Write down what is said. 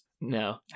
No